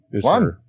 One